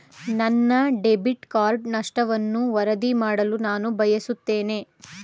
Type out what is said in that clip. ನನ್ನ debit card ನಷ್ಟವನ್ನು ವರದಿ ಮಾಡಲು ನಾನು ಬಯಸುತ್ತೇನೆ